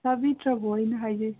ꯇꯥꯕꯤꯗ꯭ꯔꯕꯣ ꯑꯩꯅ ꯍꯥꯏꯖꯩꯁꯦ